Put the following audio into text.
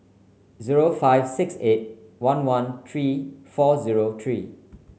zero five six eight one one three four zero three